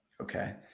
Okay